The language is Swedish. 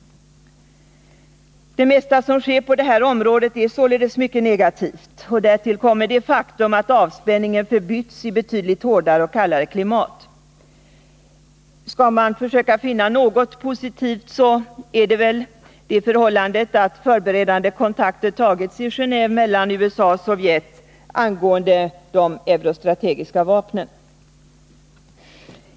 Det mesta som sker på detta område är således mycket negativt. Därtill kommer det faktum att avspänningen förbytts i ett betydligt hårdare och kallare klimat. Skall man försöka finna något positivt är det väl det förhållandet att förberedande kontakter har tagits i Genåve mellan USA och Sovjet angående de eurostrategiska vapnen.